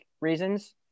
reasons